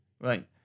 right